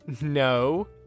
no